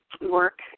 work